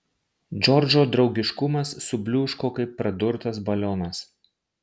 džordžo draugiškumas subliūško kaip pradurtas balionas